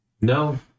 no